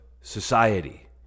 society